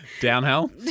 Downhill